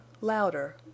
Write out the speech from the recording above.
louder